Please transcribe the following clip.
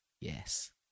yes